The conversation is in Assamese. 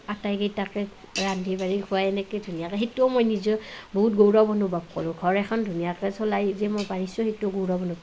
আটাইকেইটাকে ৰান্ধি বাঢ়ি খুবাই এনেকেই ধুনীয়াকৈ সেইটোও মই নিজে বহুত গৌৰৱ অনুভৱ কৰোঁ ঘৰ এখন ধুনীয়াকৈ চলাই যে মই পাৰিছোঁ সেইটো গৌৰৱ অনুভৱ